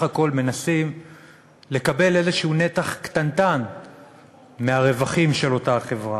הכול מנסים לקבל נתח קטנטן כלשהו מהרווחים של אותה החברה.